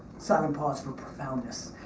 silent pause for profoundness.